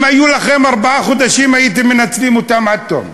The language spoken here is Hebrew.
אם היו לכם ארבעה חודשים הייתם מנצלים אותם עד תום,